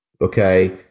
okay